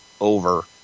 over